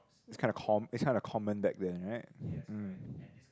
it's kind of com~ it's kind of common back then right mm